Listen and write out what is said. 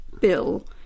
bill